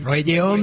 Radio